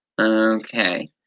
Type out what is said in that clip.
Okay